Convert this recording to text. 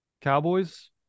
cowboys